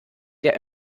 der